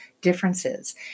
differences